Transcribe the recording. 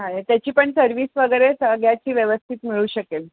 चालेल त्याची पण सर्विस वगैरे सगळ्याची व्यवस्थित मिळू शकेल